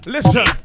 Listen